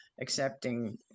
accepting